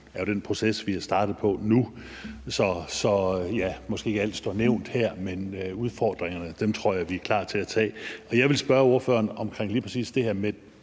op, er jo den proces, vi er startet på nu. Så ja, måske står ikke alt nævnt her, men udfordringerne tror jeg vi er klar til tage. Jeg vil spørge ordføreren om lige præcis det her med